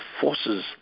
forces